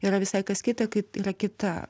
yra visai kas kita kai yra kita